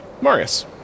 Marius